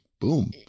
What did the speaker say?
Boom